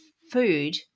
food